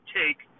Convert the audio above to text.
take